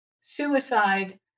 suicide